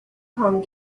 home